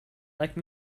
like